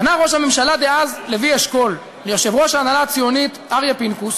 פנה ראש הממשלה דאז לוי אשכול ליושב-ראש ההנהלה הציונית אריה פינקוס